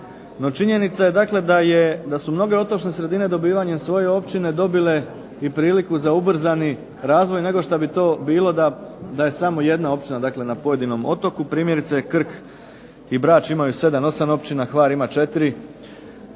no činjenica je dakle da su mnoge otočne sredine dobivanjem svoje općine dobile i priliku za ubrzani razvoj nego šta bi to bilo da je samo jedna općina na pojedinom otoku, primjerice Krk i Brač imaju 7, 8 općina, Hvar ima 4.